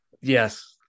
Yes